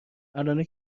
الانه